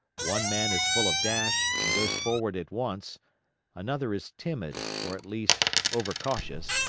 one man is full of dash, and goes forward at once another is timid, or at least over-cautious,